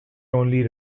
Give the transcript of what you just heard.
only